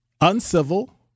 uncivil